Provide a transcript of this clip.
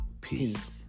peace